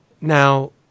Now